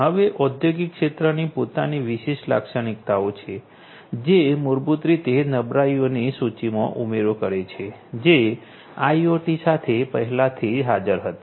હવે ઔદ્યોગિક ક્ષેત્રની પોતાની વિશિષ્ટ લાક્ષણિકતાઓ છે જે મૂળભૂત રીતે નબળાઈઓની સૂચિમાં ઉમેરો કરે છે જે આઇઓટી સાથે પહેલાથી હાજર હતી